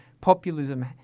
populism